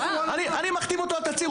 אני מחתים אותו על תצהיר,